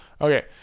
Okay